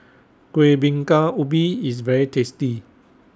Kuih Bingka Ubi IS very tasty